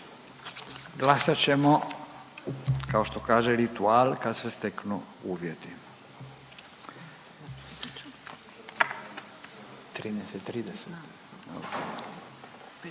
glasat ćemo kao što kaže ritual kad se steknu uvjeti. 13